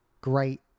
great